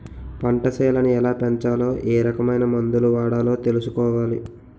పంటసేలని ఎలాపెంచాలో ఏరకమైన మందులు వాడాలో తెలుసుకోవాలి